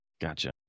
gotcha